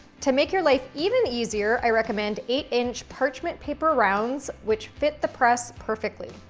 to make your life even easier, i recommend eight-inch parchment paper rounds, which fit the press perfectly.